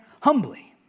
humbly